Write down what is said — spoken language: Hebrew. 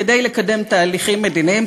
כדי לקיים תהליכים מדיניים,